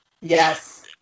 Yes